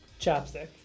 Chapstick